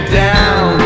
down